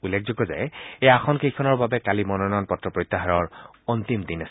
উল্লেখযোগ্যে যে এই আসন কেইখনৰ বাবে কালি মনোনয়ন পত্ৰ প্ৰত্যাহৰৰ অন্তিম দিন আছিল